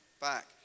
back